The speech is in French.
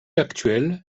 actuel